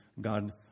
God